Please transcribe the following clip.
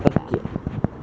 okay